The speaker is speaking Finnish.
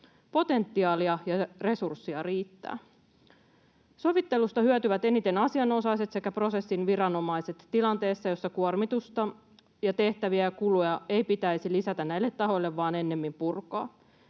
Potentiaalia ja resursseja riittää. Sovittelusta hyötyvät eniten asianosaiset sekä prosessin viranomaiset tilanteessa, jossa kuormitusta ja tehtäviä ja kuluja ei pitäisi lisätä näille tahoille vaan ennemmin purkaa.